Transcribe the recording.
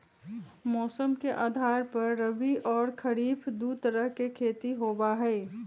मौसम के आधार पर रबी और खरीफ दु तरह के खेती होबा हई